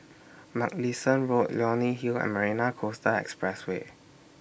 Mugliston Road Leonie Hill and Marina Coastal Expressway